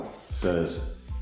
says